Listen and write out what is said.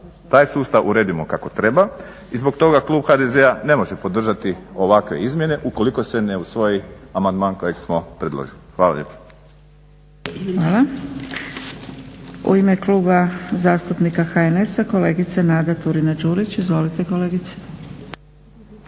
taj sustav uredimo kako treba. I zbog toga klub HDZ-a ne može podržati ovakve izmjene ukoliko se ne usvoji amandman kojeg smo predložili. Hvala lijepo. **Zgrebec, Dragica (SDP)** Hvala. U ime Kluba zastupnika HNS-a kolegica Nada Turina-Đurić. Izvolite kolegice.